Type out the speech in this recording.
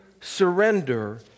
surrender